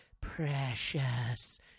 precious